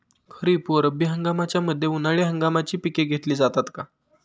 खरीप व रब्बी हंगामाच्या मध्ये उन्हाळी हंगामाची पिके घेतली जातात का?